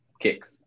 kicks